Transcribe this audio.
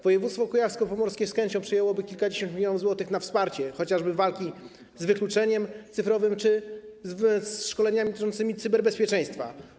Województwo kujawsko-pomorskie z chęcią przyjęłoby kilkadziesiąt milionów złotych na wsparcie chociażby walki z wykluczeniem cyfrowym czy na szkolenia dotyczące cyberbezpieczeństwa.